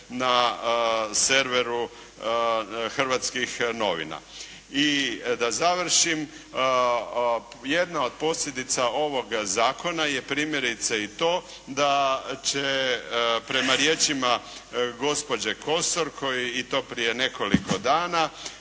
na serveru hrvatskih novina. I da završim, jedna od posljedica ovog zakona je primjerice i to da će prema riječima gospođe Kosor koji i to prije nekoliko dana,